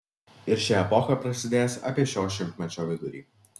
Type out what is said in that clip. ir ši epocha prasidės apie šio šimtmečio vidurį